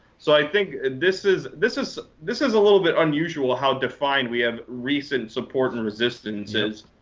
so i think this is this is this is a little bit unusual how defined we have recent support and resistances